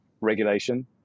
regulation